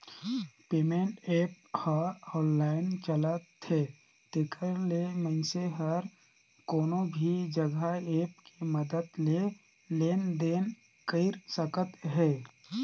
payment app ह online चलथे तेखर ले मइनसे हर कोनो भी जघा ऐप के मदद ले लेन देन कइर सकत हे